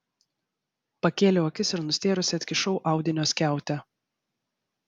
pakėliau akis ir nustėrusi atkišau audinio skiautę